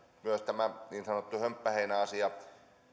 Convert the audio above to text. myös tämä niin sanottu hömppäheinäasia